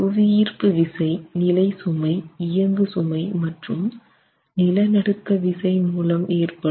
புவியீர்ப்பு விசை நிலை சுமை இயங்கு சுமை மற்றும் நில நடுக்க விசை மூலம் ஏற்படும்